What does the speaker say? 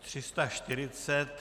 340.